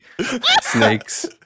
Snakes